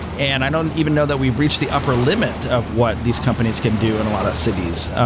and i don't even know that we've reached the upper limit of what these companies can do in a lot of cities.